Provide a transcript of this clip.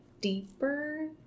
deeper